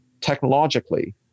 technologically